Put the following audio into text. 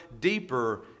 deeper